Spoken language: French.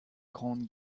grande